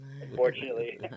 Unfortunately